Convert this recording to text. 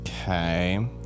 Okay